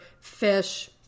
fish